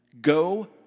go